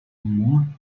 more